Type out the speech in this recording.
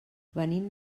venim